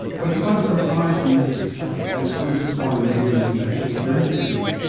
but you got a surprise when you did this study, and this is one of the main reasons actually for interviewing you.